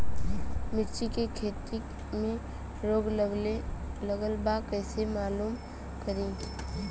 मिर्ची के खेती में रोग लगल बा कईसे मालूम करि?